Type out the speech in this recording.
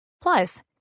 Plus